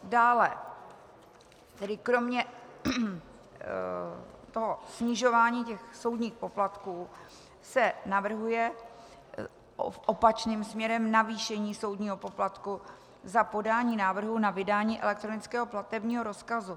Dále tedy kromě toho snižování soudních poplatků se navrhuje opačným směrem navýšení soudního poplatku za podání návrhu na vydání elektronického platebního rozkazu.